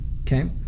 Okay